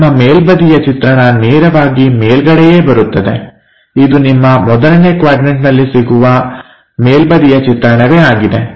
ನಿಮ್ಮ ಮೇಲ್ಬದಿಯ ಚಿತ್ರಣ ನೇರವಾಗಿ ಮೇಲ್ಗಡೆಯೇ ಬರುತ್ತದೆ ಇದು ನಿಮ್ಮ ಮೊದಲನೇ ಕ್ವಾಡ್ರನ್ಟನಲ್ಲಿ ಸಿಗುವ ಮೇಲ್ಬದಿಯ ಚಿತ್ರಣವೇ ಆಗಿದೆ